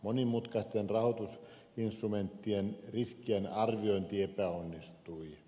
monimutkaisten rahoitusinstrumenttien riskien arviointi epäonnistui